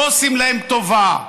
לא עושים להם טובה.